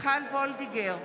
מיכל וולדיגר,